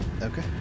Okay